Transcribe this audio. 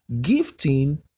gifting